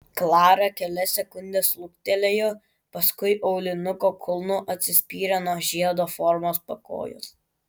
klara kelias sekundes luktelėjo paskui aulinuko kulnu atsispyrė nuo žiedo formos pakojos